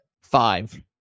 Five